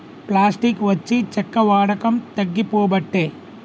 plastic వచ్చి చెక్క వాడకం తగ్గిపోబట్టే